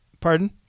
Pardon